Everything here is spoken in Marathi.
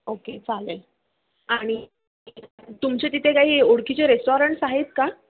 ओके चालेल आणि तुमचे तिथे काही ओळखीचे रेस्टॉरंट्स आहेत का